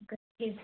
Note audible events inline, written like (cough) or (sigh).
(unintelligible)